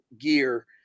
gear